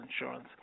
insurance